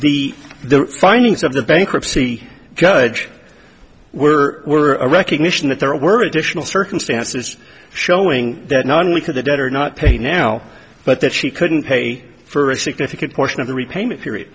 the findings of the bankruptcy judge were were a recognition that there were additional circumstances showing that not only could the debtor not pay now but that she couldn't pay for a significant portion of the repayment peri